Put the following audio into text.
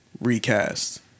recast